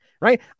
right